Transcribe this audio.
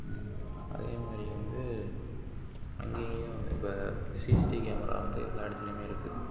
அதே மாதிரி வந்து அங்கே இங்கேயும் இப்போ சிசிடிவி கேமரா வந்து எல்லா இடத்துலயுமே இருக்குது